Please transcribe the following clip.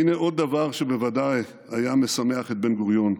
הינה עוד דבר שבוודאי היה משמח את בן-גוריון,